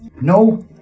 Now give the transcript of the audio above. No